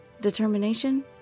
Determination